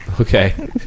Okay